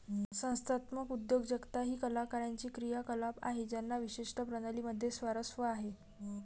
संस्थात्मक उद्योजकता ही कलाकारांची क्रियाकलाप आहे ज्यांना विशिष्ट प्रणाली मध्ये स्वारस्य आहे